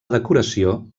decoració